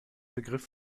begriff